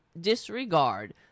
disregard